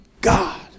God